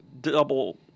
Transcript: double